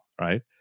right